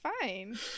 fine